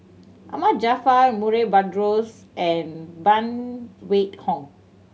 Ahmad Jaafar Murray Buttrose and Phan Wait Hong